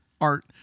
Art